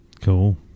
Cool